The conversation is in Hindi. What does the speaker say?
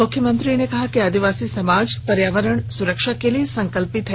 मुख्यमंत्री ने कहा कि आदिवासी समाज पर्यावरण सुरक्षा के लिए संकल्पित हैं